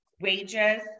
wages